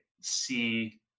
see